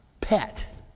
pet